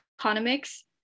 economics